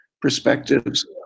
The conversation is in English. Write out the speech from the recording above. perspectives